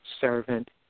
servant